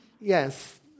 Yes